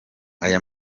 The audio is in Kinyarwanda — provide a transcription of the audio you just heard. aya